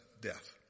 death